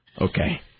Okay